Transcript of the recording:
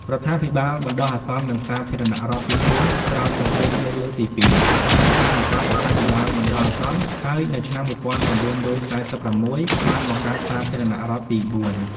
រដ្ឋាភិបាលបណ្តោះអាសន្ន និងសាធារណរដ្ឋទីបួន ក្រោយសង្គ្រាមលោកលើកទី២ បារាំងបានបង្កើតរដ្ឋាភិបាលបណ្តោះអាសន្ន ហើយនៅឆ្នាំ ១៩៤៦ បានបង្កើត សាធារណរដ្ឋទីបួន។